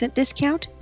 discount